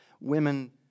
women